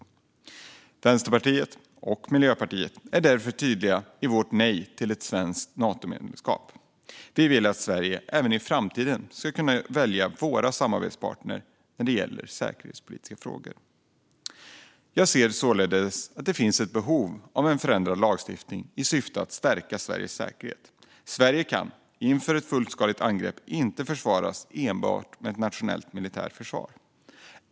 Vi i Vänsterpartiet, och Miljöpartiet, är därför tydliga i vårt nej till ett svenskt Natomedlemskap. Vi vill att Sverige även i framtiden själva ska kunna välja våra samarbetspartner när det gäller säkerhetspolitiska frågor. Jag ser således att det finns ett behov av en förändrad lagstiftning i syfte att stärka Sveriges säkerhet. Sverige kan inför ett fullskaligt angrepp inte försvaras enbart med ett nationellt militärt försvar.